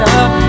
up